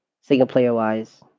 single-player-wise